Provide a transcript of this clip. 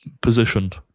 positioned